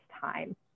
time